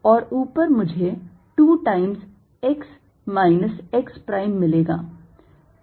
और उपर मुझे 2 times x minus x prime मिलेगा